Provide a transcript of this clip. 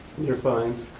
you're fine.